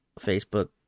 Facebook